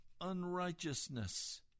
unrighteousness